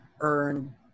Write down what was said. earn